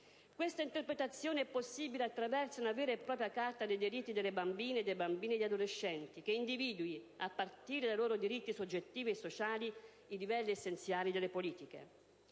Questa interpretazione è possibile attraverso una vera e propria Carta dei diritti delle bambine, dei bambini e degli adolescenti che individui - a partire dai loro diritti soggettivi e sociali - i livelli essenziali delle politiche.